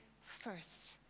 first